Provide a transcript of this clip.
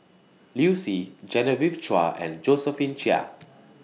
Liu Si Genevieve Chua and Josephine Chia